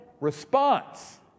response